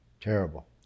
Terrible